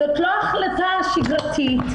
זאת לא החלטה שגרתית,